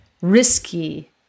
risky